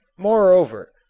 moreover,